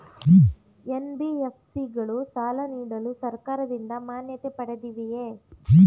NBFC ಗಳು ಸಾಲ ನೀಡಲು ಸರ್ಕಾರದಿಂದ ಮಾನ್ಯತೆ ಪಡೆದಿವೆಯೇ?